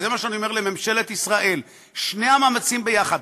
וזה מה שאני אומר לממשלת ישראל: שני המאמצים יחד,